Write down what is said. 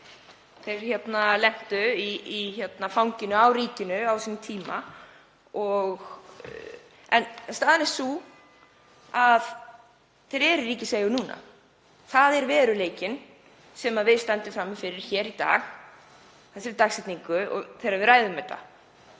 þeir lentu í fanginu á ríkinu á sínum tíma. En staðan er sú að þeir eru í ríkiseigu núna. Það er veruleikinn sem við stöndum frammi fyrir hér í dag, nú þegar við ræðum þetta.